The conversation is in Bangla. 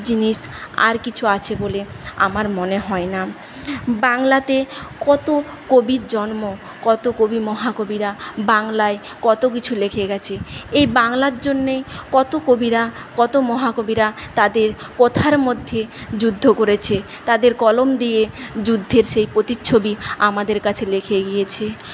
জিনিস আর কিছু আছে বলে আমার মনে হয় না বাংলাতে কত কবির জন্ম কত কবি মহাকবিরা বাংলায় কত কিছু লিখে গেছে এই বাংলার জন্যেই কত কবিরা কত মহাকবিরা তাদের কথার মধ্যে যুদ্ধ করেছে তাদের কলম দিয়ে যুদ্ধের সেই প্রতিচ্ছবি আমাদের কাছে লিখে গিয়েছে